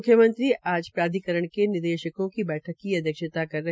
मुख्यमंत्री आज प्राधिकरण के निदेशकों की बैठक की अध्यक्षता कर रहे थे